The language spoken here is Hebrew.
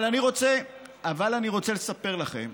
אבל אני רוצה לספר לכם